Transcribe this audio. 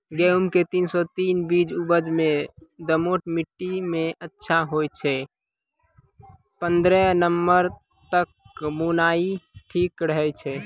गेहूँम के तीन सौ तीन बीज उपज मे दोमट मिट्टी मे अच्छा होय छै, पन्द्रह नवंबर तक बुआई ठीक रहै छै